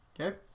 Okay